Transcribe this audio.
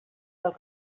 del